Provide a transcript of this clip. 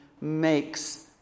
makes